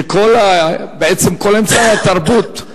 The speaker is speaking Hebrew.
שבעצם כל אמצעי התרבות,